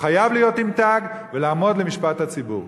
הוא חייב להיות עם תג ולעמוד למשפט הציבור.